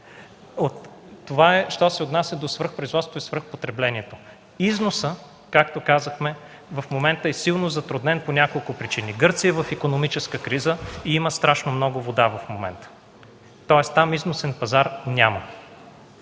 Това е що се отнася до свръхпроизводството и свръхпотреблението. Износът, както казахме, в момента е силно затруднен по няколко причини. Гърция е в икономическа криза и има много вода в момента. Тоест там износен пазар нямаме.